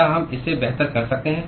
क्या हम इससे बेहतर कर सकते हैं